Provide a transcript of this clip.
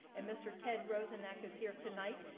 and mr. ted rosiak is here tonight.